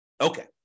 Okay